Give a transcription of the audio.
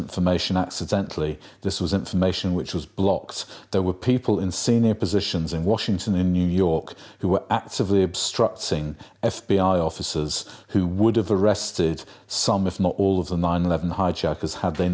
information accidentally this was information which was blocked there were people in senior positions in washington in new york who were actively obstructing f b i offices who would have arrested some if not all of the nine eleven hijackers had they